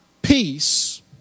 Peace